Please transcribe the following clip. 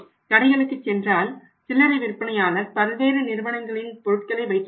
கடைக்குச் சென்றால் சில்லறை விற்பனையாளர் பல்வேறு நிறுவனங்களின் பொருட்களை வைத்துள்ளார்